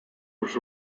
was